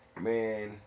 Man